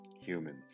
humans